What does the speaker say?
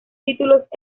títulos